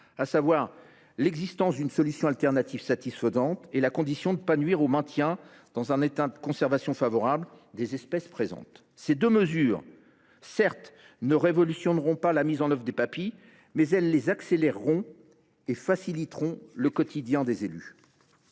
à savoir l’existence d’une solution de remplacement satisfaisante et la condition de ne pas nuire au maintien, dans un état de conservation favorable, des espèces présentes. Ces deux mesures ne révolutionneront certes pas la mise en œuvre des Papi, mais elles l’accéléreront et faciliteront le quotidien des élus.